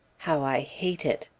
how i hate it!